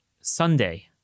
Sunday